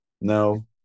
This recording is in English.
no